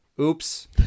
Oops